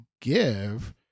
give